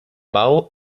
bau